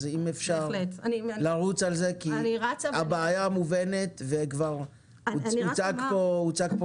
אז אם אפשר לרוץ על זה כי הבעיה מובנת וכבר הוצג פה